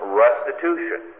restitution